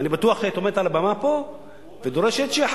הוא אומר כל הזמן.